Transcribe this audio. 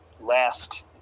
last